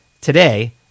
today